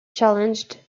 challenged